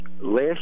Last